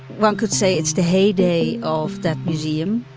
one could say it's the heyday of that museum.